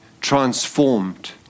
transformed